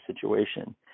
situation